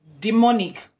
demonic